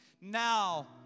Now